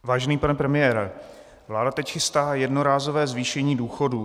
Vážený pane premiére, vláda teď chystá jednorázové zvýšení důchodů.